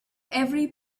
every